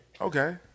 Okay